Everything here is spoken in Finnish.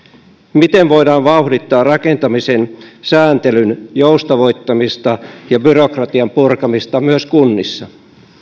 miten voidaan vauhdittaa rakentamisen sääntelyn joustavoittamista ja byrokratian purkamista myös kunnissa